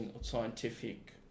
scientific